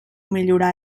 millorar